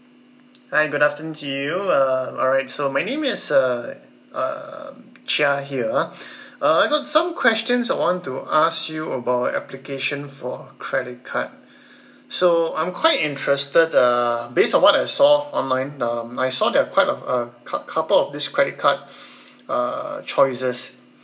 hi good afternoon to you uh alright so my name is uh err chia here uh I got some questions I want to ask you about application for credit card so I'm quite interested uh based on what I saw online um I saw there are quite of uh coup~ couple of this credit card uh choices